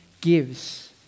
gives